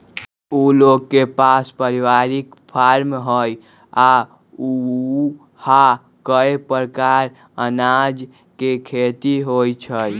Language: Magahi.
उ लोग के पास परिवारिक फारम हई आ ऊहा कए परकार अनाज के खेती होई छई